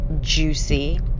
juicy